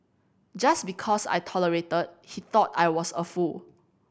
just because I tolerated he thought I was a fool